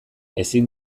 ezin